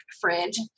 fridge